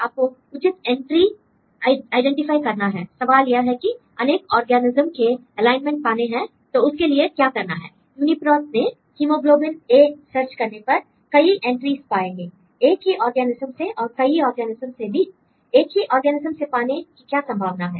आपको उचित entry identify करना है l सवाल यह है कि अनेक ऑर्गेनिज्म के एलाइनमेंट पाने हैं तो उसके लिए क्या करना है यूनीप्रोट में हिमोग्लोबिन A सर्च करने पर कई एंट्रीज पाएंगे एक ही ऑर्गेनिज्म से और कई ऑर्गेनिज्म से भी l एक ही ऑर्गेनिज्म से पाने की क्या संभावना है